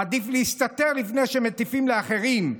עדיף להסתתר לפני שמטיפים לאחרים.